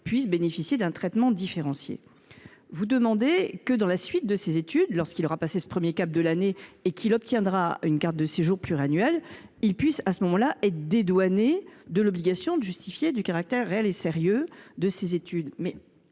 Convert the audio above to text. de bénéficier d’un traitement différencié. Vous demandez que, dans la suite de ses études, lorsqu’il aura passé ce cap de la première année et qu’il obtiendra une carte de séjour pluriannuelle, il puisse être dispensé de l’obligation de justifier du caractère réel et sérieux de ses études.